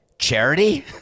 Charity